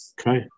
Okay